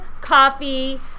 coffee